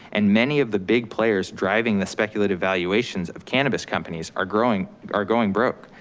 and many of the big players driving the speculative valuations of cannabis companies are going are going broke.